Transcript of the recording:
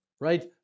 right